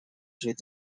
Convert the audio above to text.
through